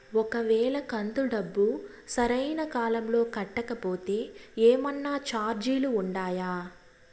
ఒక వేళ కంతు డబ్బు సరైన కాలంలో కట్టకపోతే ఏమన్నా చార్జీలు ఉండాయా?